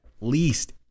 least